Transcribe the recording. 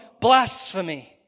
blasphemy